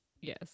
Yes